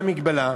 מה המגבלה?